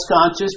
conscious